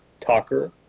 talker